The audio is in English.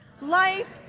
Life